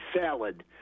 salad